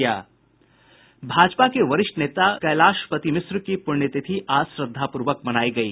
भाजपा के वरिष्ठ नेता कैलाशपति मिश्र की प्रण्यतिथि आज श्रद्वापूर्वक मनायी गयी